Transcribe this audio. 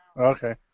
Okay